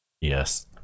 yes